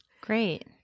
Great